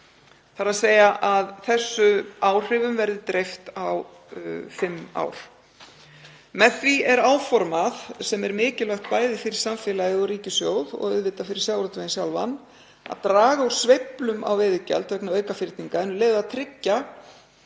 koma, þ.e. að þessum áhrifum verði dreift á fimm ár. Með því er áformað, sem er mikilvægt bæði fyrir samfélagið og ríkissjóð og auðvitað fyrir sjávarútveginn sjálfan, að draga úr sveiflum á veiðigjald vegna aukafyrninga en um leið að tryggja